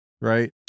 right